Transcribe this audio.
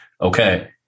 Okay